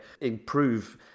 improve